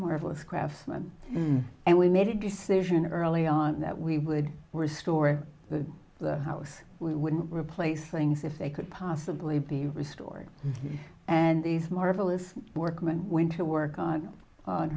marvelous craftsman and we made a decision early on that we would restore the house we wouldn't replace things if they could possibly be restored and these marvelous workman went to work on on